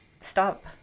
Stop